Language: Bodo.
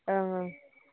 ओं ओं